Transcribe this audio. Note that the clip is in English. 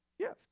gift